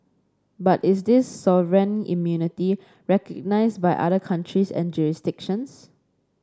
but is this sovereign immunity recognised by other countries and jurisdictions